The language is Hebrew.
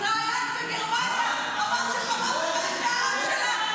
התראיינת בגרמניה, אמרת שחמאס זה העם שלך.